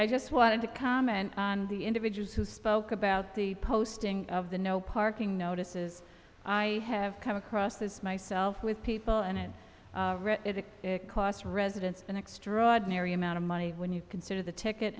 i just wanted to comment on the individuals who spoke about the posting of the no parking notices i have come across this myself with people and it costs residents an extraordinary amount of money when you consider the ticket